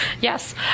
yes